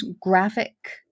graphic